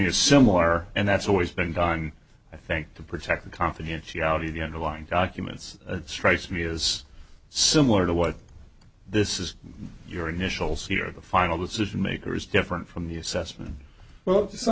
as similar and that's always been done i think to protect the confidentiality the end of line documents it strikes me as similar to what this is your initials here of the final decision maker is different from the assessment well to some